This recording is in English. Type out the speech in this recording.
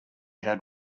had